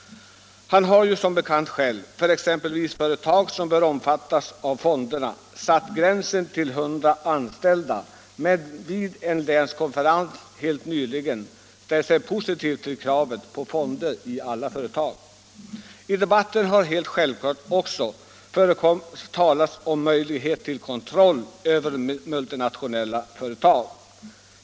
Han har som bekant för företag som bör omfattas av fonderna satt gränsen vid 100 anställda, men vid en länskonferens helt nyligen ställde han sig positiv till kravet på fonder i alla företag. I debatten har helt självklart också talats om möjlighet till kontroll över multinationella företag.